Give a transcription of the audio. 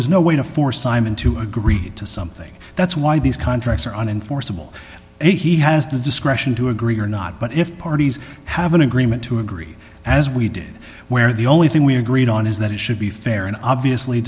was no way to force simon to agree to something that's why these contracts are unenforceable he has the discretion to agree or not but if parties have an agreement to agree as we did where the only thing we agreed on is that it should be fair and obviously